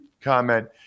comment